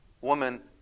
woman